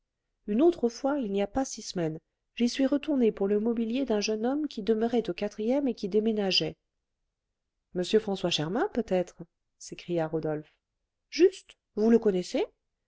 une autre fois il n'y a pas six semaines j'y suis retournée pour le mobilier d'un jeune homme qui demeurait au quatrième et qui déménageait m françois germain peut-être s'écria rodolphe juste vous le connaissez